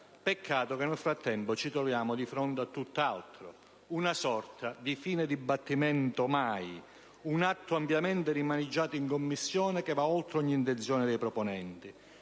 Peccato che nel frattempo ci troviamo di fronte a tutt'altro! Una sorta di "fine dibattimento mai". Un atto ampiamente rimaneggiato in Commissione, che va oltre ogni intenzione dei proponenti.